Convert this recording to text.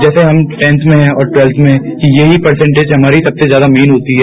जैसे हम टेंथ में हैं ट्रवेल्थ में यही प्रसेंटेज हमारी सबसे ज्यादा मैन होती है